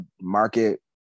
market